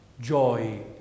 Joy